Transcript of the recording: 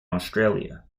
australia